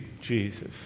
Jesus